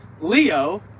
Leo